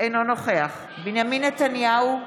אינו נוכח בנימין נתניהו,